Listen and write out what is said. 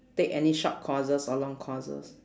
take any short courses or long courses